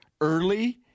early